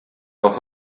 auch